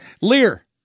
Lear